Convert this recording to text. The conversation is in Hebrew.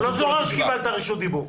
אייל, אני לא זוכר שקיבלת רשות דיבור.